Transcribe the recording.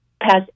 past